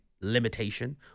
Limitation